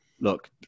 look